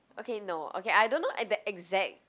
okay no okay I don't know at the exact